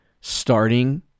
starting